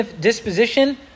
disposition